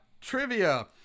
Trivia